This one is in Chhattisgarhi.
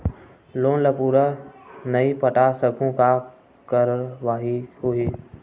लोन ला पूरा नई पटा सकहुं का कारवाही होही?